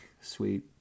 Sweet